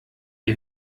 die